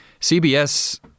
CBS